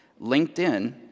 LinkedIn